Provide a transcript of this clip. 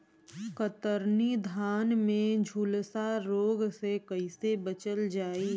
कतरनी धान में झुलसा रोग से कइसे बचल जाई?